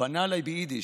ופנה אלי ביידיש: